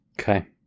okay